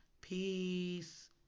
Peace